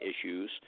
issues